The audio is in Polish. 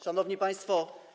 Szanowni Państwo!